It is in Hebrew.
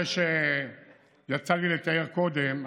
אחרי שיצא לי לתאר קודם,